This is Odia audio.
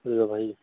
ସେଇଆ ଭାଇ